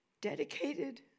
Dedicated